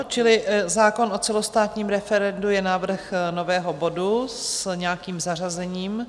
Čili zákon o celostátním referendu je návrh nového bodu s nějakým zařazením?